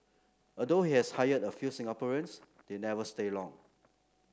although he has hired a few Singaporeans they never stay long